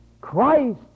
Christ